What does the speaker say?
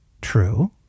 true